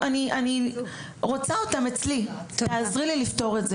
אני אחרי תואר מגיעה לגן הילדים,